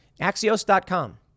Axios.com